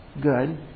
good